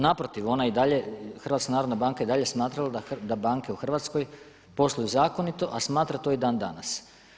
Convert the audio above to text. Naprotiv ona je i dalje, HNB je i dalje smatrala da banke u Hrvatskoj posluju zakonito a smatra to i dan danas.